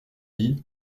familles